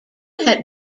had